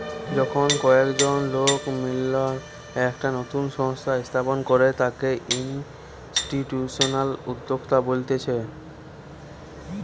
যখন কয়েকজন লোক মিললা একটা নতুন সংস্থা স্থাপন করে তাকে ইনস্টিটিউশনাল উদ্যোক্তা বলতিছে